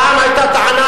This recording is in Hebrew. פעם היתה טענה